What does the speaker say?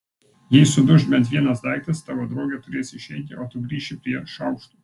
jei suduš bent vienas daiktas tavo draugė turės išeiti o tu grįši prie šaukštų